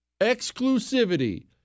Exclusivity